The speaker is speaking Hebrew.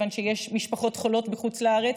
כיוון שיש משפחות חולות בחוץ לארץ,